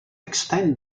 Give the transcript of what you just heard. extent